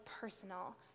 personal